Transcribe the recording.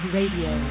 Radio